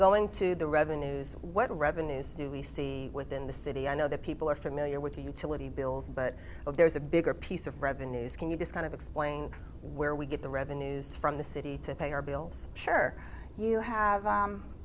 going to the revenues what revenues do we see within the city i know that people are familiar with utility bills but there is a bigger piece of revenues can you just kind of explain where we get the revenues from the city to pay our bills sure you have